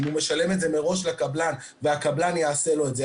אם הוא משלם את זה מראש לקבלן והקבלן יעשה לו את זה,